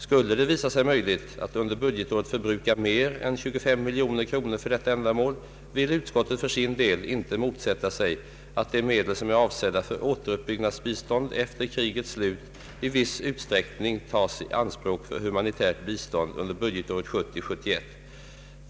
Skulle det visa sig möjligt att under budgetåret förbruka mer än 25 milj.kr. för detta ändamål, vill utskottet för sin del inte motsätta sig att de medel som är avsedda för återuppbyggnadsbistånd efter krigets slut i viss utsträckning tas i anspråk för humanitärt bistånd under budgetåret 1970/71.